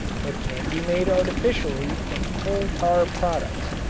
but can be made artificially from coal-tar products.